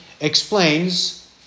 explains